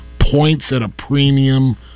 points-at-a-premium